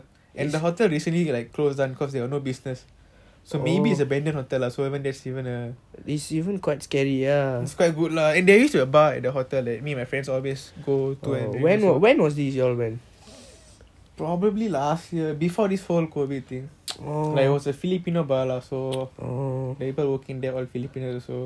so maybe it's abandoned hotel lah so even there it's even good lah there used to a bar at the hotel that me and my friends always go to probably last year before this whole COVID thing like it was a filipino bar lah so the people working there all filipino also all that